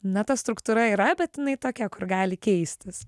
na ta struktūra yra bet jinai tokia kur gali keistis